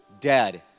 dead